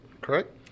correct